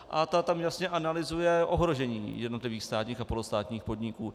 A ta tam jasně analyzuje ohrožení jednotlivých státních a polostátních podniků.